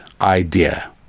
idea